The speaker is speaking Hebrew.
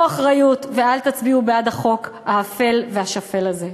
אחריות ואל תצביעו בעד החוק האפל והשפל הזה.